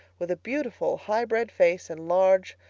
with a beautiful, highbred face and large,